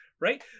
Right